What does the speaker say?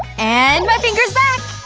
and my finger is back!